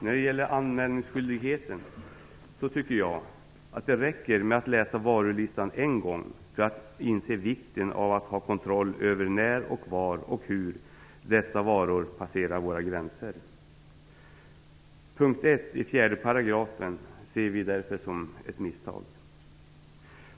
När det gäller anmälningsskyldigheten tycker jag att det räcker med att läsa varulistan en gång för att inse vikten av att ha kontroll över när, var och hur dessa varor passerar våra gränser. Punkt 1 i 4 § ser vi därför som ett misstag.